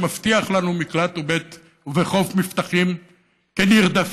שמבטיח לנו מקלט ובית וחוף מבטחים כנרדפים,